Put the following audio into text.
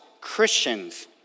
Christians